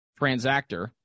transactor